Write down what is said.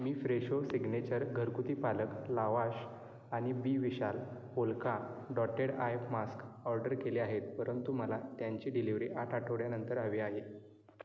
मी Fresho signature घरगुती पालक lavash आणि बी विशाल polka dotted eye mask order केले आहेत परंतु मला त्यांची डिलिव्हरी आठ आठवड्यानंतर हवी आहे